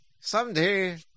Someday